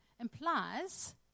implies